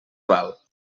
val